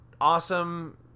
awesome